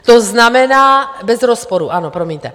To znamená Bez rozporu ano, promiňte.